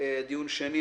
דיון שני,